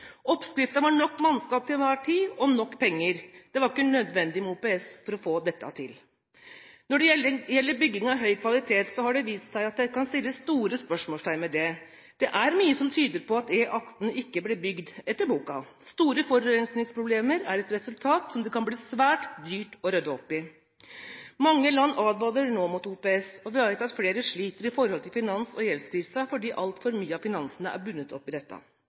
var nok mannskap til enhver tid og nok penger. Det var ikke nødvendig med OPS for å få dette til. Når det gjelder bygging av høy kvalitet, har det vist seg at det kan settes store spørsmålstegn ved det. Det er mye som tyder på at E18 ikke ble bygget etter boka. Store forurensningsproblemer er et resultat som det kan bli svært dyrt å rydde opp i. Mange land advarer nå mot OPS. Vi vet at flere sliter i forhold til finans- og gjeldskrise fordi altfor mye av finansene er bundet opp i dette.